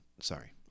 Sorry